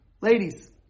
ladies